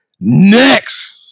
next